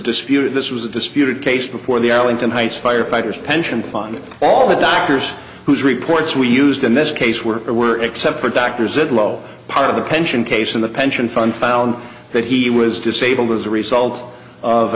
dispute this was a disputed case before the alan complaints firefighters pension fund and all the doctors whose reports we used in this case were or were except for doctors at low part of the pension case in the pension fund found that he was disabled as a result of